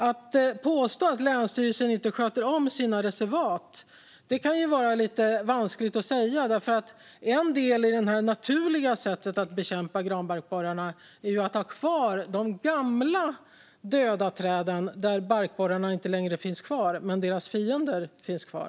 Det kan vara lite vanskligt att påstå att länsstyrelserna inte sköter om sina reservat, för en del i det naturliga sättet att bekämpa granbarkborrarna är att ha kvar de gamla döda träd där barkborrarna inte längre finns kvar men där deras fiender finns kvar.